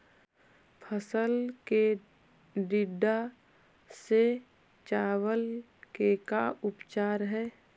फ़सल के टिड्डा से बचाव के का उपचार है?